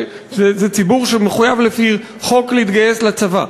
זה ציבור שמחויב לפי חוק להתגייס לצבא.